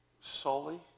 solely